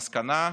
המסקנה?